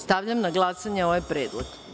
Stavljam na glasanje ovaj predlog.